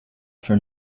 for